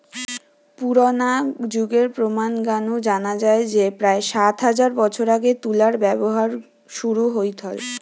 পুরনা যুগের প্রমান গা নু জানা যায় যে প্রায় সাত হাজার বছর আগে তুলার ব্যবহার শুরু হইথল